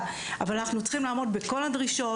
אבל אנחנו צריכים לעמוד בכל הדרישות.